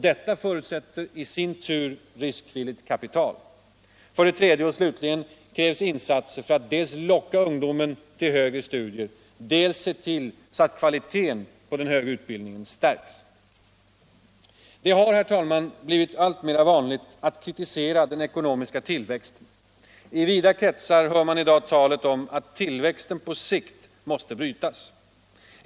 Detta förutsätter i sin tur riskvilligt kapital. För det tredje och stutligen krävs insatser för att dels-locka ungdomen ull högre studier, dels se till att kvaliteten på den högre utbildningen stärks. Det har nu, herr talman, blivit alltmera vanligt att kritisera den ekonomiska tillväxten. I vida kretsar hör man i dag talet om att tillväxtkurvan på sikt måste brytas.